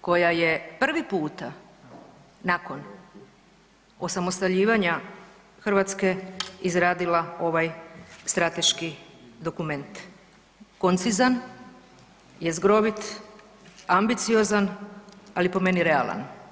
koja je prvi puta nakon osamostaljivanja Hrvatske izradila ovaj strateški dokument, koncizan, jezgrovit, ambiciozan, ali po meni realan.